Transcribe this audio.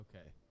Okay